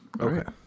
okay